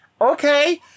okay